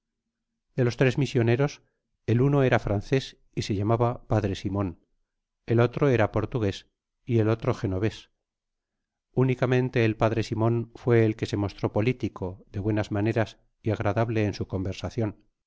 de los tres misioneros el uno ra frances y se llamaba p simon el otro era portugués y el otro genovés ünicamente el p simon fué el qtf gfe mostró politicoi de buenas maneras y agradable en su conversacion